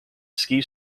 ski